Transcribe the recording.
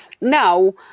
Now